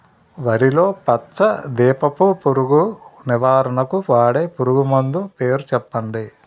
వరిలో పచ్చ దీపపు పురుగు నివారణకు వాడే పురుగుమందు పేరు చెప్పండి?